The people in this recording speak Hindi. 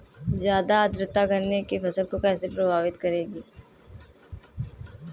ज़्यादा आर्द्रता गन्ने की फसल को कैसे प्रभावित करेगी?